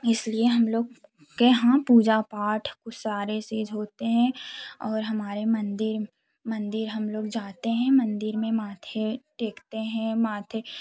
इसलिए हम लोग के हाँ पूजा पाठ उ सारे चीज़ होते हैं और हमारे मंदिर मंदिर हम लोग जाते हैं मंदिर में माथे टेकते हैं माथे